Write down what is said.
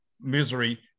misery